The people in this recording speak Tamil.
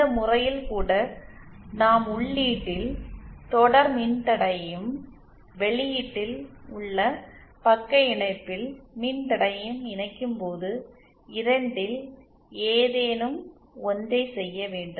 இந்த முறையில் கூட நாம் உள்ளீட்டில் தொடர் மின்தடையையும் வெளியீட்டில் உள்ள பக்க இணைப்பில் மின்தடையையும் இணைக்கும்போது இரண்டில் ஏதேனும் ஒன்றைச் செய்ய வேண்டும்